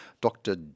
Dr